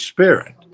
Spirit